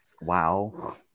Wow